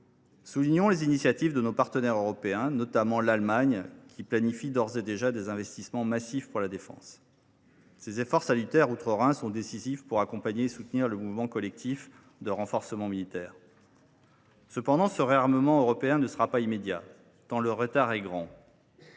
Soulignons les initiatives de nos partenaires européens, notamment l’Allemagne, qui planifie d’ores et déjà des investissements massifs pour la défense. Ces efforts salutaires outre Rhin sont décisifs pour accompagner et soutenir le mouvement collectif de renforcement militaire. Cependant, ce réarmement européen ne sera pas immédiat, tant le retard est grand.